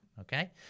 okay